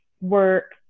work